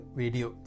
video